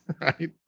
right